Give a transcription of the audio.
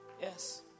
yes